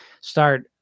start